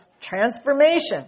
transformation